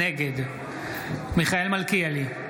נגד מיכאל מלכיאלי,